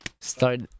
start